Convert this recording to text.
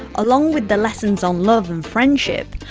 along with the lessons on love and friendship,